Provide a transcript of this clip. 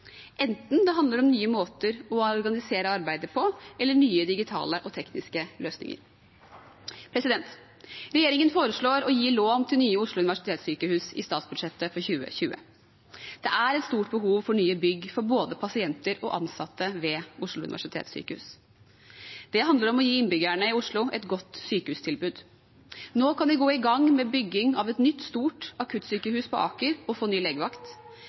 enten det handler om nye måter å organisere arbeidet på eller nye digitale og tekniske løsninger. Regjeringen foreslår å gi lån til nye Oslo universitetssykehus i statsbudsjettet for 2020. Det er et stort behov for nye bygg for både pasienter og ansatte ved Oslo universitetssykehus. Det handler om å gi innbyggerne i Oslo et godt sykehustilbud. Nå kan vi gå i gang med bygging av et nytt, stort akuttsykehus på Aker og få ny legevakt.